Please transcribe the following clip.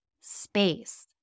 space